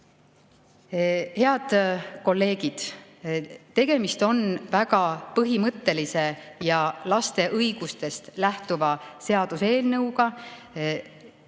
Head kolleegid! Tegemist on väga põhimõttelise ja laste õigustest lähtuva seaduseelnõuga,